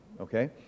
Okay